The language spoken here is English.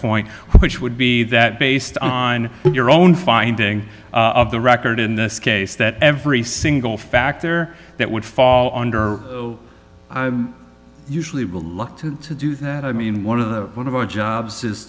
point which would be that based on your own finding of the record in this case that every single factor that would fall under usually reluctant to do that i mean one of the one of our jobs